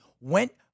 went